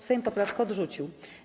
Sejm poprawkę odrzucił.